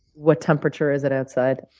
what temperature is it outside?